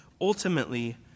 Ultimately